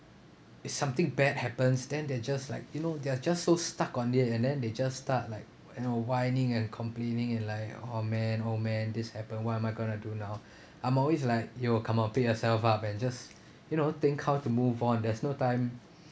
if something bad happens then they're just like you know they're just so stuck on it and then they just start like you know whining and complaining and like oh man oh man this happened what am I gonna do now I'm always like yo come on pick yourself up and just you know think how to move on there's no time